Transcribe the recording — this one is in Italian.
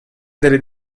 delle